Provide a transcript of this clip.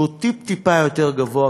שהוא טיפ-טיפה יותר גבוה,